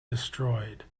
destroyed